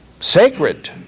sacred